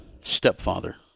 stepfather